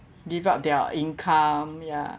give up their income ya